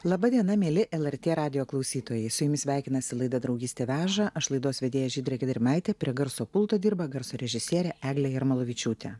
laba diena mieli lrt radijo klausytojai su jumis sveikinasi laida draugystė veža aš laidos vedėja žydrė gedrimaitė prie garso pulto dirba garso režisierė eglė jarmalavičiūtė